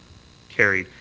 carried.